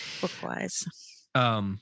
book-wise